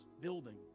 building